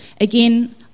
Again